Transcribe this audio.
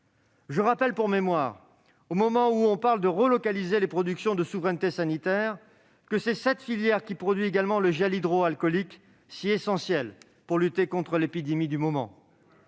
Je rappelle, alors que l'on parle de relocaliser les productions de souveraineté sanitaire, que c'est cette filière qui produit également le gel hydroalcoolique, si essentiel pour lutter contre l'épidémie du moment.